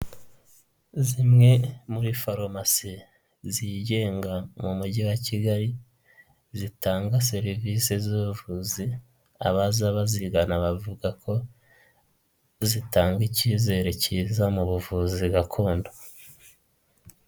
Zimwe muri farumasi zigenga mu mujyi wa Kigali zitanga serivisi z'ubuvuzi, abaza bazigana bavuga ko zitanga icyizere cyiza mu buvuzi gakondo.